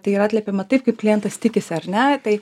tai yra atliepiama taip kaip klientas tikisi ar ne tai